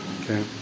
okay